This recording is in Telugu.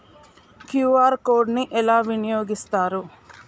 క్యూ.ఆర్ కోడ్ ని ఎలా వినియోగిస్తారు?